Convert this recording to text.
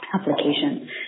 application